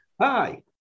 Hi